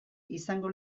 izango